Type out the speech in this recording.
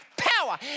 power